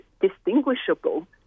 distinguishable